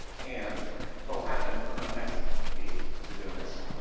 and what will happen on the next page, as you're doing this,